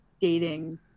dating